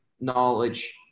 knowledge